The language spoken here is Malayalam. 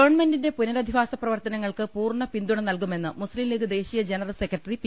ഗവൺമെന്റിന്റെ പുനരധിവാസ പ്രവർത്തനങ്ങൾക്ക് പൂർണ പിന്തുണ നൽകുമെന്ന് മുസ്ത്രീം ലീഗ് ദേശീയ ജനറൽ സെക്രട്ടറി പി